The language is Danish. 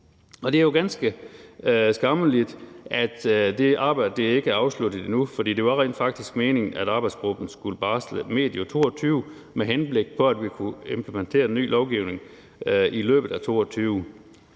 Det er ganske skammeligt, at det arbejde ikke er afsluttet endnu, for det var rent faktisk meningen, at arbejdsgruppen skulle barsle med det medio 2022, med henblik på at vi kunne implementere ny lovgivning i løbet af 2022.